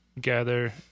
gather